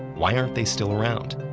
why aren't they still around?